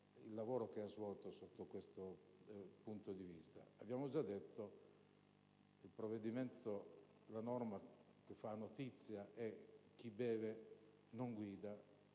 il lavoro che ha svolto sotto questo punto di vista. Abbiamo già detto che la norma che fa notizia è «chi beve non guida